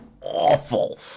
awful